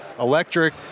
electric